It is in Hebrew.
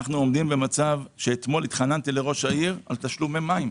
אנו עומדים במצב שאתמול התחננתי לראש העיר על תשלומי מים.